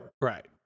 Right